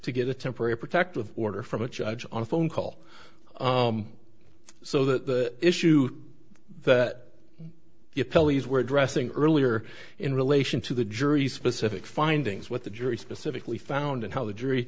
to get a temporary protective order from a judge on a phone call so the issue that the phillies were addressing earlier in relation to the jury specific findings what the jury specifically found and how the jury